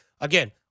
Again